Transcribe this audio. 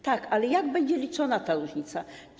Tak, ale jak będzie liczona ta różnica?